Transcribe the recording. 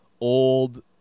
old